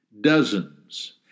Dozens